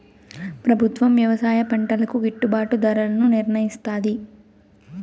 ప్రభుత్వం వ్యవసాయ పంటలకు గిట్టుభాటు ధరలను నిర్ణయిస్తాది